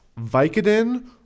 Vicodin